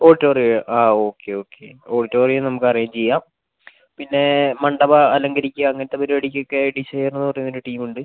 ഓഡിറ്റോറിയമോ ആ okay okay auditorium നമുക്ക് arrange ചെയ്യാം പിന്നെ മണ്ഡപം അലങ്കരിക്കുക അങ്ങനത്തെ പരിപാടിക്കൊക്കെ ഡിസൈനർ എന്നു പറയുന്ന ഒരു ടീം ഉണ്ട്